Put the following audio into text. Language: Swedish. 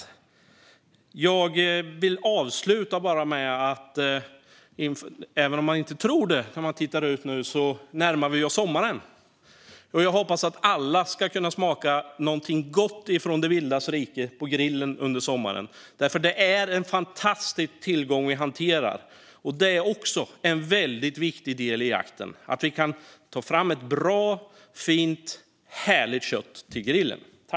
Men jag vill avsluta med att säga att även om man inte tror det när man tittar ut just nu närmar vi oss sommaren. Jag hoppas att alla under sommaren ska kunna smaka något gott från det vildas rike som grillats. Det är en fantastisk tillgång som vi hanterar. Och en viktig del i jakten är att vi kan ta fram ett bra, fint och härligt kött att grilla.